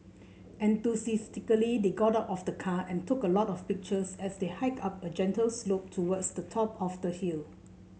enthusiastically they got out of the car and took a lot of pictures as they hiked up a gentle slope towards the top of the hill